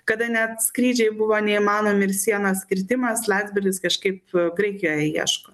kada net skrydžiai buvo neįmanomi ir sienos kirtimas landsbergis kažkaip pirkėjų ieško